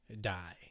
die